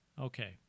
Okay